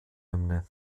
hymne